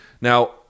Now